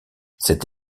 cette